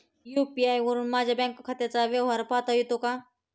UPI वरुन माझ्या bank खात्याचा व्यवहार पाहता येतो का?